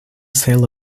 sail